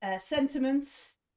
sentiments